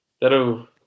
That'll